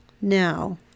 now